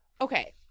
okay